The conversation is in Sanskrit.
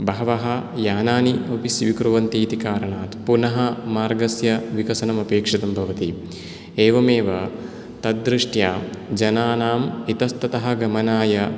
बहवः यानानि अपि स्वीकुर्वन्ति इति कारणात् पुनः मार्गस्य विकसनम् अपेक्षितं भवति एवमेव तद्दृष्ट्या जनानाम् इतस्ततः गमनाय